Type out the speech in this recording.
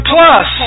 Plus